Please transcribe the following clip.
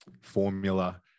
formula